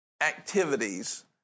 activities